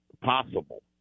possible